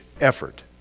effort